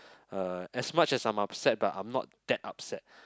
uh as much as I'm upset but I'm not that upset